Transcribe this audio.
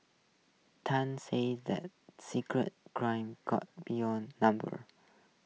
Tan said the secret crime car beyond numbers